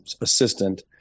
assistant